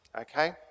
okay